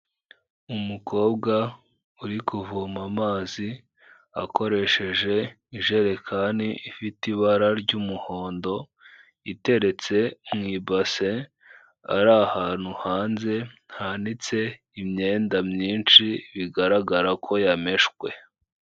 Umukobwa uri kuvoma amazi akoresheje ijerekani ifite ibara ry'umuhondo, iteretse mu ibase, ari ahantu hanze, hanitse imyenda myinshi, bigaragara ko yameshwe.